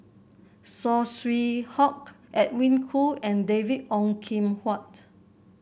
Saw Swee Hock Edwin Koo and David Ong Kim Huat